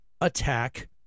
attack